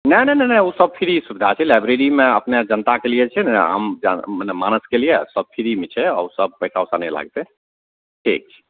नहि नहि नहि नहि उ सब फ्री सुविधा छै लाइब्रेरीमे अपने जनताके लिए छै ने आम मने मानसके लिए सब फ्रीमे छै आओर सब पैसा उसा नहि लागतय ठीक छै